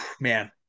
man